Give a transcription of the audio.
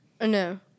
no